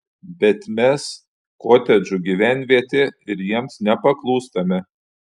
bet mes kotedžų gyvenvietė ir jiems nepaklūstame